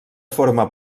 forma